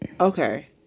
okay